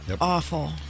Awful